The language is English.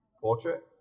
portrait